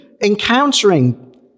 encountering